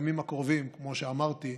שבימים הקרובים, כמו שאמרתי,